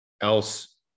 else